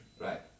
Right